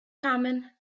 common